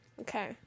Okay